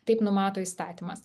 taip numato įstatymas